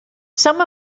some